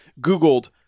googled